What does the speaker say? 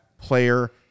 player